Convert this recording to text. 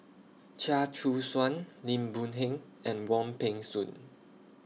Chia Choo Suan Lim Boon Heng and Wong Peng Soon